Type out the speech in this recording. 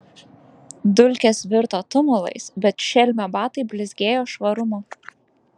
dulkės virto tumulais bet šelmio batai blizgėjo švarumu